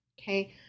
Okay